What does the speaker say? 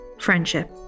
friendship